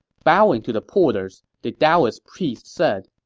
bowing to the porters, the taoist priest said,